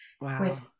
Wow